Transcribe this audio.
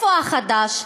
מה החדש?